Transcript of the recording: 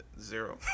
Zero